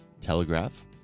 Telegraph